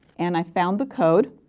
and i found the code.